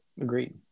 Agreed